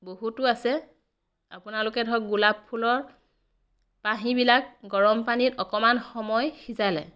বহুতো আছে আপোনালোকে ধৰক গোলাপ ফুলৰ পাহিবিলাক গৰম পানীত অকণমান সময় সিজালে